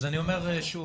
אז אני אומר שוב,